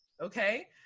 Okay